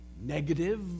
negative